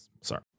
Sorry